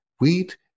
wheat